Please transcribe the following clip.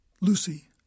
Lucy